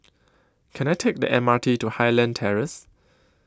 Can I Take The M R T to Highland Terrace